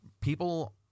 people